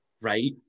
right